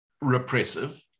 repressive